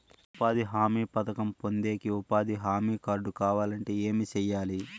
ఉపాధి హామీ పథకం పొందేకి ఉపాధి హామీ కార్డు కావాలంటే ఏమి సెయ్యాలి?